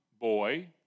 boy